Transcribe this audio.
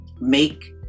Make